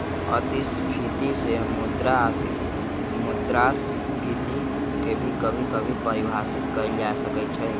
अतिस्फीती से मुद्रास्फीती के भी कभी कभी परिभाषित कइल जा सकई छ